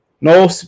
No